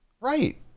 Right